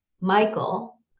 Michael